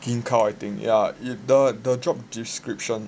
Gin Khao I think the job description the job description